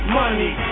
money